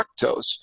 fructose